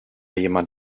jemand